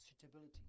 suitability